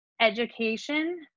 education